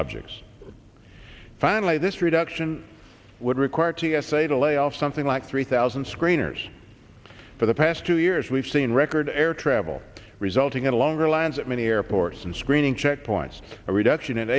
objects finally this reduction would require t s a to lay off something like three thousand screeners for the past two years we've seen record air travel resulting in a longer lines at many airports and screening checkpoints a reduction in